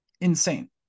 insane